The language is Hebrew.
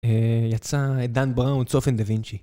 יצא דן בראון צופן דה וינצ'י